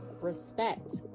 respect